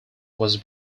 was